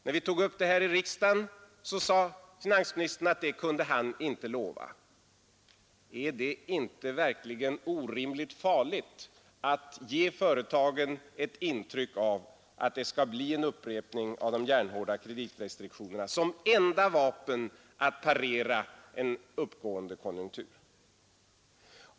När vi tog upp saken här i kammaren sade finansministern att han inte kunde lova det. Är det inte orimligt farligt att ge företagen ett intryck av att en upprepning av de järnhårda kreditrestriktionerna skulle vara det enda vapnet att parera en uppgående konjunktur?